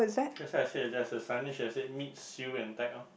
that's why I say there's a signage that say meet Sue and orh